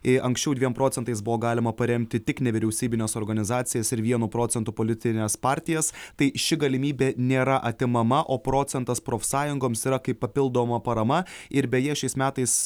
jei anksčiau dviem procentais buvo galima paremti tik nevyriausybines organizacijas ir vienu procentu politines partijas tai ši galimybė nėra atimama o procentas profsąjungoms yra kaip papildoma parama ir beje šiais metais